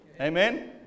amen